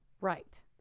Right